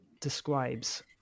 describes